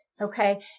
okay